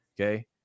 okay